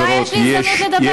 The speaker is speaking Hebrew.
מתי יש לי הזדמנות לדבר?